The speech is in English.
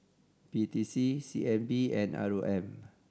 P T C C N B and R O M